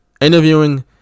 interviewing